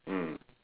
mm